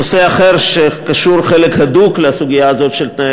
נושא אחר שקשור בקשר הדוק לסוגיה הזאת של תנאי